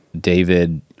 David